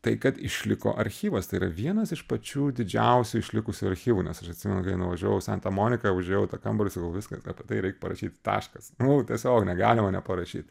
tai kad išliko archyvas tai yra vienas iš pačių didžiausių išlikusių archyvų nes aš atsimenu kai nuvažiavau į santa moniką užėjau į tą kambarį sakau viskas apie tai reik parašyt taškas nu tiesiog negalima neparašyt